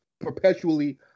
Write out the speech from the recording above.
perpetually